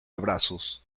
abrazos